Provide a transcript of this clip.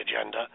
agenda